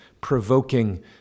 provoking